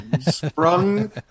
sprung